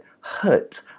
hurt